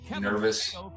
nervous